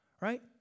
right